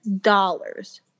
dollars